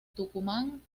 tucumán